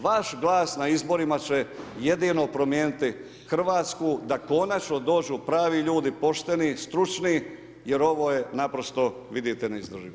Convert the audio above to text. Vaš glas na izborima će jedino promijeniti Hrvatsku da konačno dođu pravi ljudi, pošteni, stručni jer ovo je naprosto vidite neizdrživo.